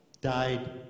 died